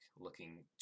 looking